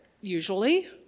usually